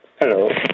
Hello